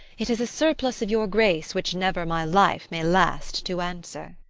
it is a surplus of your grace which never my life may last to answer.